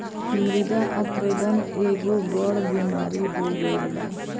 मृदा अपरदन एगो बड़ बेमारी हो गईल बा